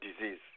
disease